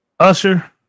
Usher